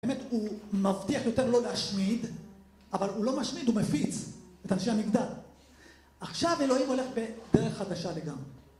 באמת הוא מבטיח יותר לא להשמיד, אבל הוא לא משמיד, הוא מפיץ את אנשי המגדל. עכשיו אלוהים הולך בדרך חדשה לגמרי.